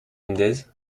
mendez